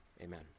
Amen